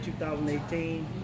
2018